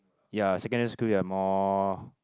ya secondary school you are more